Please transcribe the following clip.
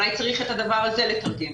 אולי צריך את הדבר הזה לתרגם.